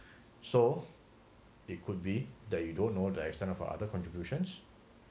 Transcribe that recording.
so it could be that you don't know the extent of or other contributions